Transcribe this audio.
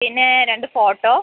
പിന്നെ രണ്ട് ഫോട്ടോ